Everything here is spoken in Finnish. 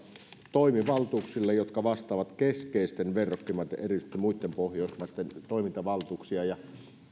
toimivaltuuksilla jotka vastaavat keskeisten verrokkimaitten erityisesti muitten pohjoismaitten toimintavaltuuksia